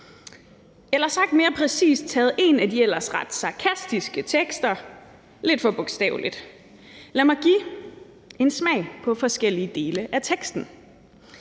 eller – sagt mere præcist – har taget en af de ellers ret sarkastiske tekster lidt for bogstaveligt. Lad mig give en smagsprøve på forskellige dele af teksten.